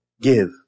give